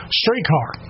streetcar